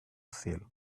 sale